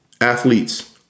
athletes